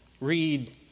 read